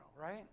right